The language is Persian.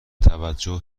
توجه